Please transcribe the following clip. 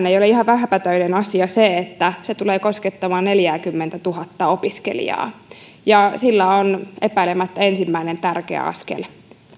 ei ole ihan vähäpätöinen asia se että se tulee koskettamaan neljääkymmentätuhatta opiskelijaa ja se on epäilemättä ensimmäinen tärkeä askel